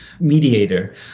Mediator